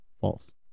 false